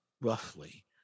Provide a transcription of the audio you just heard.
roughly